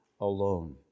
alone